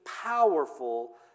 powerful